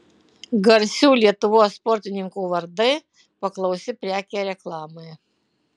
garsių lietuvos sportininkų vardai paklausi prekė reklamai